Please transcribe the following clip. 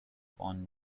porn